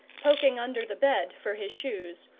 poking under the bed for his shoes,